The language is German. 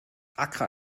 accra